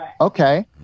okay